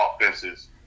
offenses